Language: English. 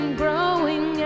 growing